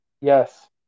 Yes